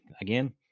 again